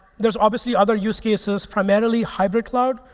there's obviously other use cases, primarily, hybrid cloud,